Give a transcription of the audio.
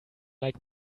like